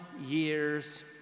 year's